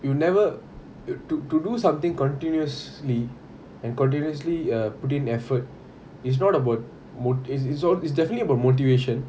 you never t~ to do something continuously and continuously err put in effort is not about mood it~ it's all it's definitely about motivation